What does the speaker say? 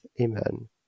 Amen